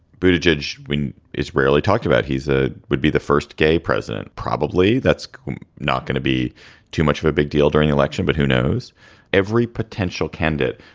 bhuta judge when is rarely talked about. he's a would be the first gay president. probably that's not gonna be too much of a big deal during election, but who knows every potential candidate.